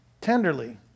tenderly